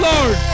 Lord